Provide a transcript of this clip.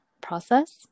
process